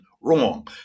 wrong